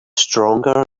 stronger